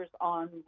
on